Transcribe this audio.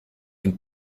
den